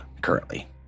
currently